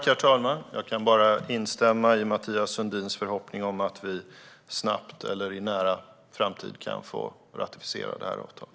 Herr talman! Jag kan bara instämma i Mathias Sundins förhoppning om att vi inom en nära framtid ska kunna ratificera avtalet.